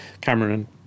Cameron